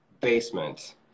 basement